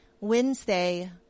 Wednesday